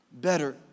better